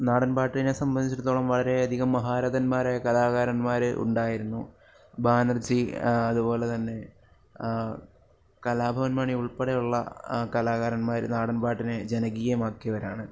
നാടൻ പാട്ടിനെ സംബന്ധിച്ചിടത്തോളം വളരെയധികം മഹാരഥന്മാരായ കലാകാരന്മാർ ഉണ്ടായിരുന്നു ബാനർജി അതുപോലെ തന്നെ കലാഭവൻ മണി ഉൾപ്പെടെ ഉള്ള കലാകാരന്മാരും നാടൻപാട്ടിനെ ജനകീയം ആക്കിയവരാണ്